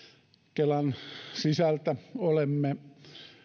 kelan sisältä olemme